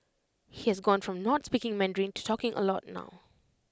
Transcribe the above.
he has gone from not speaking Mandarin to talking A lot now